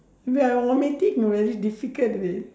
wait I vomiting very difficult leh